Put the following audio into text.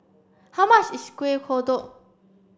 how much is Kuih Kodok